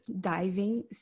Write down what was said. diving